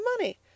money